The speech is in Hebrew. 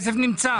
הכסף נמצא.